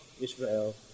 Israel